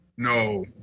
No